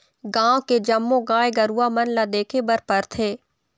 गाँव के जम्मो गाय गरूवा मन ल देखे बर परथे